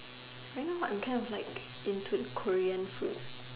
I know what I'm kind of like into Korean food